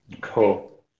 Cool